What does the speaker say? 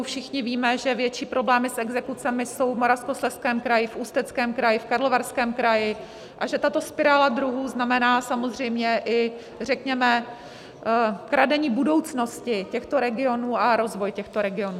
Všichni víme, že větší problémy s exekucemi jsou v Moravskoslezském kraji, v Ústeckém kraji, v Karlovarském kraji a že tato spirála dluhů znamená samozřejmě i řekněme kradení budoucnosti těchto regionů a rozvoj těchto regionů.